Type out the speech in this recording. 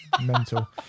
Mental